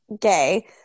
gay